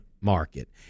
market